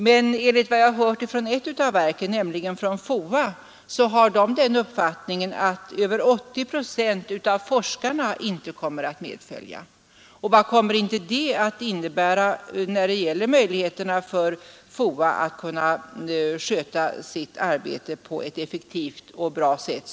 Men enligt vad jag hört från ett av verken, FOA, har man där den uppfattningen att över 80 procent av forskarna inte kommer att medfölja. Vad kommer inte detta att innebära när det gäller FOA:s möjligheter att som hittills sköta sitt arbete på ett effektivt och bra sätt.